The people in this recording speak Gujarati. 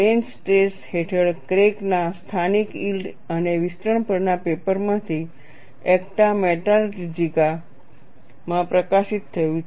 પ્લેન સ્ટ્રેસ હેઠળ ક્રેક ના સ્થાનિક યીલ્ડ અને વિસ્તરણ પરના પેપરમાંથી એક્ટા મેટાલર્જિકા માં પ્રકાશિત થયું છે